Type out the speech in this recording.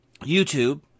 YouTube